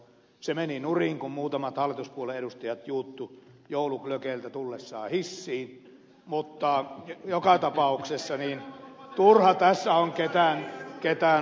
se meni nurin kun muutamat hallituspuolueen edustajat juuttuivat jouluglögeiltä tullessaan hissiin mutta joka tapauksessa turha tässä on ketään muita syyttää